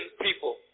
people